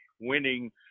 winning